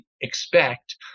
expect